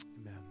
Amen